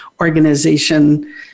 organization